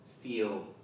feel